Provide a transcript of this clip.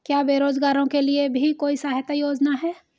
क्या बेरोजगारों के लिए भी कोई सहायता योजना है?